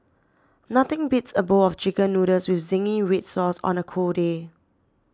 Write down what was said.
nothing beats a bowl of Chicken Noodles with Zingy Red Sauce on a cold day